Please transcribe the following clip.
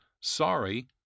sorry